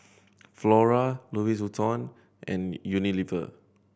Flora Louis Vuitton and Unilever